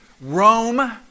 Rome